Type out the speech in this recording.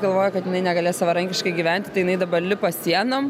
galvoja kad jinai negalės savarankiškai gyventi tai jinai dabar lipa sienom